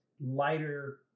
lighter